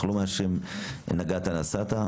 אנחנו לא מאשרים: נגעת נסעת,